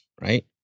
right